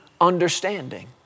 understanding